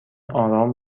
آرام